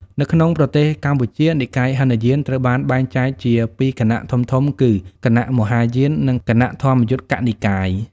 នៅក្នុងប្រទេសកម្ពុជា និកាយហីនយានត្រូវបានបែងចែកជាពីរគណៈធំៗគឺ គណៈមហានិកាយ និង គណៈធម្មយុត្តិកនិកាយ។